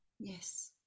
yes